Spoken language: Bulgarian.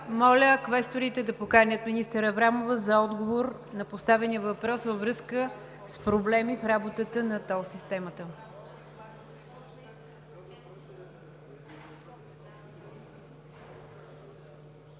Моля квесторите да поканят министър Аврамова за отговор на поставения въпрос във връзка с проблеми в работата на тол системата.